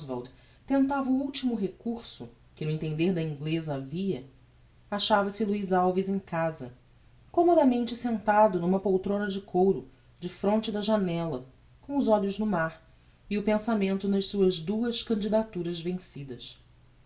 oswald tentava o ultimo recurso que no intender da ingleza havia achava-se luiz alves em casa commodamente sentado n'uma poltrona de couro defronte da janella com os olhos no mar e o pensamento nas suas duas candidaturas vencidas